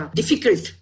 difficult